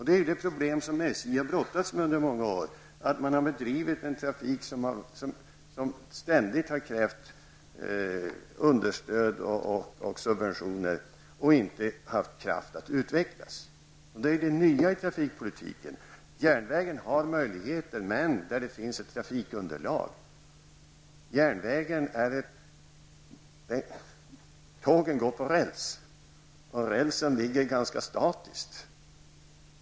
Det är det problem som SJ har brottats med under många år. Man har bedrivit en trafik som ständigt har krävt understöd och subventioner, och som inte har haft kraft att utvecklas. Det nya i trafikpolitiken är att järnvägen har möjligheter, där det finns ett trafikunderlag. Tågen går på räls och rälsen ligger ganska statiskt.